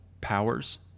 powers